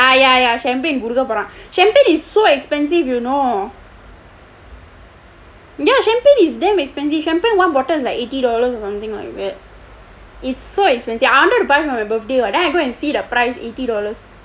ya ya ya champagne கொடுக்க போறான்:kodukka pooraan champagne is so expensive you know ya champagne is damn expensive champagne one bottle is like eighty dollars or something like that it is so expensive I wanted to buy for my birthday [what] then I go and see the price eighty dollars